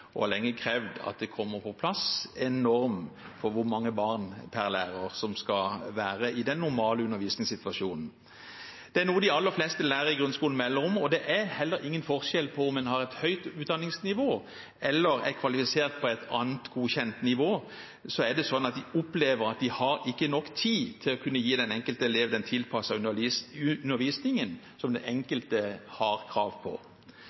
og har lenge krevd at det kommer på plass en norm for hvor mange barn per lærer det skal være i den normale undervisningssituasjonen. Det er noe de aller fleste lærere i grunnskolen melder om, og det er heller ingen forskjell på om en har et høyt utdanningsnivå eller er kvalifisert på et annet godkjent nivå. De opplever at de ikke har nok tid til å gi den enkelte elev den tilpassede undervisningen som den enkelte har krav på.